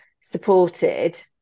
supported